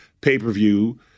pay-per-view